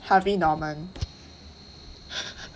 Harvey Norman